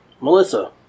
Melissa